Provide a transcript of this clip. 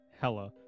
hella